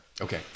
Okay